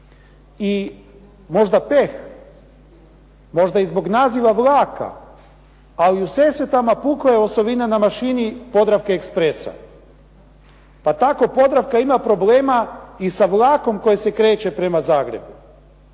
i možda peh, možda i zbog naziva vlaka ali u Sesvetama pukla je osovina na mašini Podravke expressa. Pa tako Podravka ima problema i sa vlakom koji se kreće prema Zagrebu.